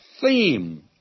theme